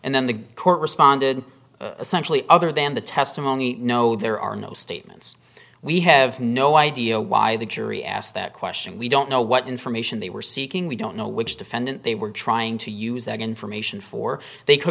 and then the court responded essentially other than the testimony no there are no statements we have no idea why the jury asked that question we don't know what information they were seeking we don't know which defendant they were trying to use that information for they could